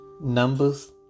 Numbers